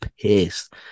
pissed